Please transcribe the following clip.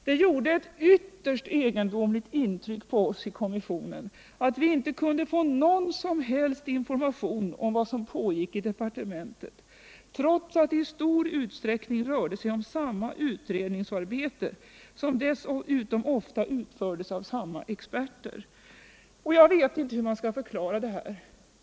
Det gjorde eu ytterst egendomligt ifitryck på oss i energikommissionen att vi inte kunde få någon som helst information om vad som pågick i departementet trots att det i stor utsträckning rörde sig om samma utredningsarbete som dessutom ofta utfördes av samma experter. Jag vet inte hur man skall förklara det här.